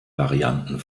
varianten